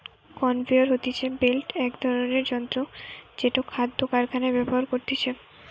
conveyor হতিছে belt এক ধরণের যন্ত্র জেটো খাদ্য কারখানায় ব্যবহার করতিছে